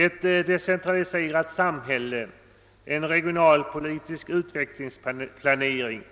Ett decentraliserat samhälle, en regionalpolitisk utvecklingsplanering